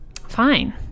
fine